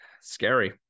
scary